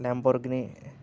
Lamborghini